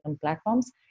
platforms